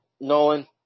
Nolan